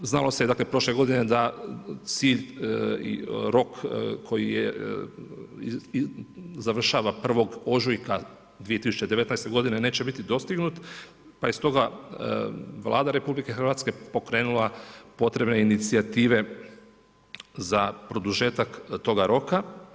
Znalo se prošle godine da cilj i rok koji je završava 1. ožujka 2019. godine neće biti dostignut, pa je stoga Vlada RH pokrenula potrebne inicijative za produžetak toga roka.